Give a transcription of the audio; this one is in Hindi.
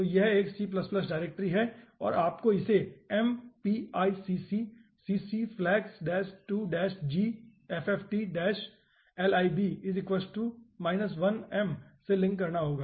तो यह एक C डायरेक्टरी है और आपको इसे mpicc ccflags 2 g fft lib lm से लिंक करना होगा